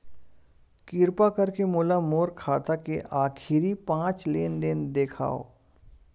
किरपा करके मोला मोर खाता के आखिरी पांच लेन देन देखाव